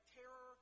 terror